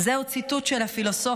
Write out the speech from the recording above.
זהו ציטוט של הפילוסוף,